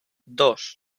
dos